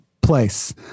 place